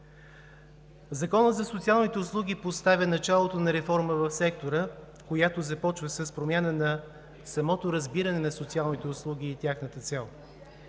Законът за социалните услуги поставя началото на реформа в сектора, която започва с промяна на самото разбиране на социалните услуги и тяхната цел.